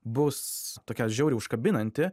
bus tokia žiauriai užkabinanti